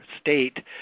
state